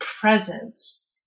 presence